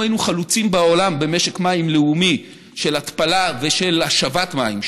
אנחנו היינו חלוצים בעולם במשק מים לאומי של התפלה ושל השבת מים,